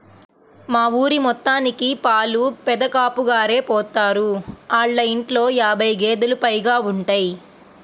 మా ఊరి మొత్తానికి పాలు పెదకాపుగారే పోత్తారు, ఆళ్ళ ఇంట్లో యాబై గేదేలు పైగా ఉంటయ్